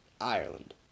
Ireland